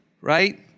right